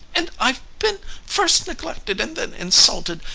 and i've been first neglected and then insulted.